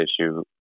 issue